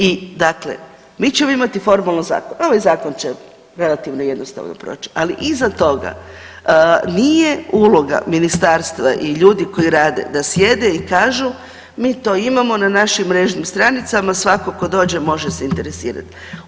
I dakle, mi ćemo imati formalno zakon, ovaj zakon će relativno jednostavno proći, ali iza toga nije uloga ministarstva i ljudi koji rade da sjede i kažu mi to imamo na našim mrežnim stranicama svako tko dođe može se interesirati.